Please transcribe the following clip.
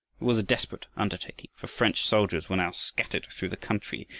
was a desperate undertaking, for french soldiers were now scattered through the country,